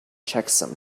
checksum